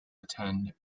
attend